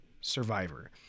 survivor